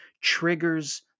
triggers